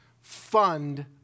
fund